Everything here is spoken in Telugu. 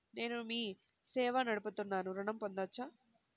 నేను మీ సేవా నడుపుతున్నాను ఋణం పొందవచ్చా?